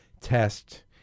test